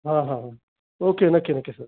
हां हां हां ओके नक्की नक्की सर